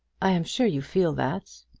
i am sure you feel that.